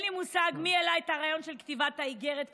אין לי מושג מי העלה את הרעיון של כתיבת האיגרת כפתרון,